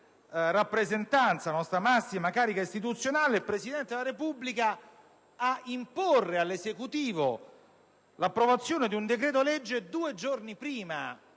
Quirinale - la nostra massima carica istituzionale, il Presidente della Repubblica - ad imporre all'Esecutivo l'approvazione di un decreto-legge due giorni prima